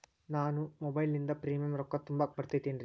ನಾನು ಮೊಬೈಲಿನಿಂದ್ ಪ್ರೇಮಿಯಂ ರೊಕ್ಕಾ ತುಂಬಾಕ್ ಬರತೈತೇನ್ರೇ?